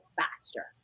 faster